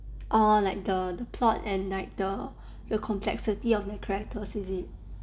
orh like the plot and like the the complexity of the characters is it